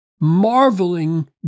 Marveling